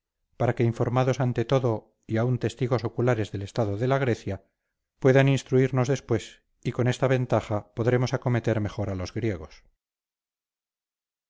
para que informados ante todo y aun testigos oculares del estado de la grecia puedan instruirnos después y con esta ventaja podremos acometer mejor a los griegos